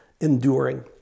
enduring